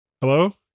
hello